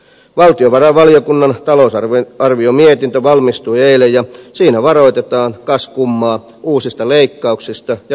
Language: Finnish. valtiovarainvaliokunnan talousarviomietintö valmistui eilen ja siinä varoitetaan kas kummaa uusista leikkauksista ja veronkorotuksista